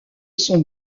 son